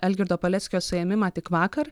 algirdo paleckio suėmimą tik vakar